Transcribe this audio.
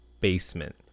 basement